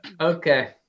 Okay